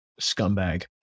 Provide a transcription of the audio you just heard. scumbag